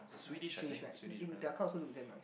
it's like their car also look damn nice